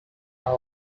are